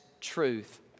truth